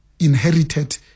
inherited